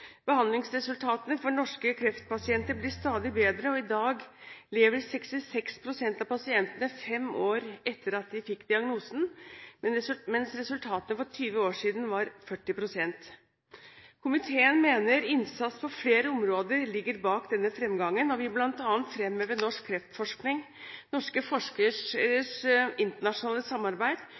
Behandlingsresultatene for norske kreftpasienter blir stadig bedre, og i dag lever 66 pst. av pasientene fem år etter at de fikk diagnosen, mens resultatene for 20 år siden var 48 pst. Komiteen mener innsats på flere områder ligger bak denne fremgangen og vil bl.a. fremheve norsk kreftforskning, norske forskeres internasjonale samarbeid,